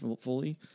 fully